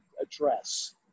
address